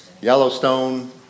Yellowstone